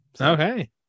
Okay